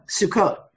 Sukkot